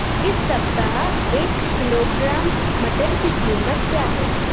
इस सप्ताह एक किलोग्राम मटर की कीमत क्या है?